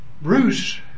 Bruce